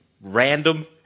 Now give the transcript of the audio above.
Random